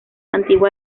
antigua